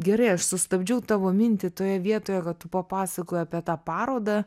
gerai aš sustabdžiau tavo mintį toje vietoje kad tu papasakojai apie tą parodą